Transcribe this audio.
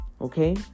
Okay